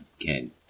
again